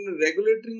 regulating